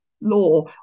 law